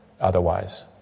otherwise